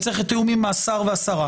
צריך תיאום עם השר והשרה.